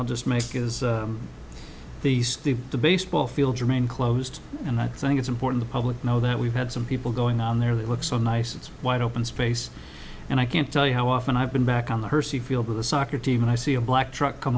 i'll just make is the steve the baseball field remain closed and i think it's important the public know that we've had some people going on there that look so nice it's wide open space and i can't tell you how often i've been back on the hersey field with a soccer team and i see a black truck come